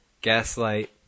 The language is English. Gaslight